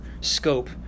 scope